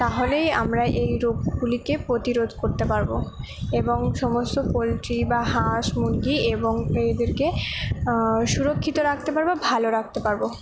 তাহলেই আমরা এই রোগগুলিকে প্রতিরোধ করতে পারবো এবং সমস্ত পোলট্রি বা হাঁস মুরগি এবং এদেরকে সুরক্ষিত রাখতে পারবো ভালো রাখতে পারবো